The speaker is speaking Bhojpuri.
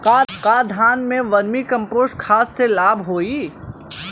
का धान में वर्मी कंपोस्ट खाद से लाभ होई?